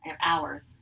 hours